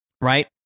right